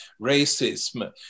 racism